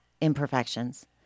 imperfections